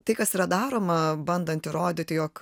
tai kas yra daroma bandant įrodyti jog